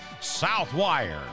Southwire